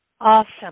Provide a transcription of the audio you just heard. Awesome